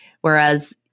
Whereas